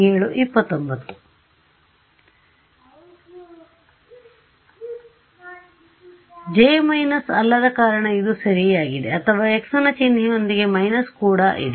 j minus ಅಲ್ಲದ ಕಾರಣ ಇದು ಸರಿಯಾಗಿದೆ ಅಥವಾ x ನ ಚಿಹ್ನೆಯೊಂದಿಗೆ ಮೈನಸ್ ಕೂಡ ಇದೆ